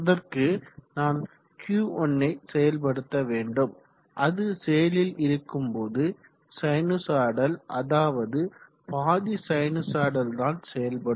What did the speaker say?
அதற்கு நான் Q1 யை செயல்படுத்த வேண்டும் அது செயலில் இருக்கும் போது சைன்சொய்டல் அதாவது பாதி சைசொய்டல் தான் செயல்படும்